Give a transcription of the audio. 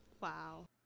Wow